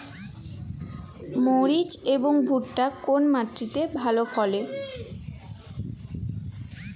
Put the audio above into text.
মরিচ এবং ভুট্টা কোন মাটি তে ভালো ফলে?